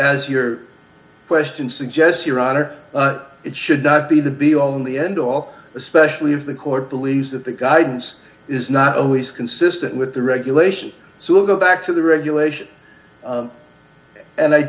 as your question suggests your honor it should not be the be all in the end all especially if the court believes that the guidance is not always consistent with the regulation so we'll go back to the regulation and i